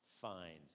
find